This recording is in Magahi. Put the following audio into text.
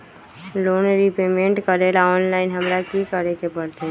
लोन रिपेमेंट करेला ऑनलाइन हमरा की करे के परतई?